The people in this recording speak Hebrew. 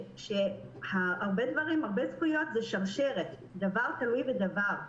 הרבה זכויות הן עניין שבשרשרת דבר תלוי בדבר.